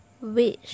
Wish